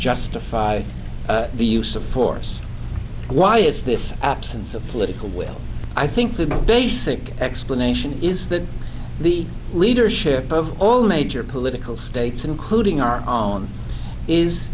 justify the use of force why is this absence of political will i think the basic explanation is that the leadership of all major political states including our own is